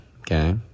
okay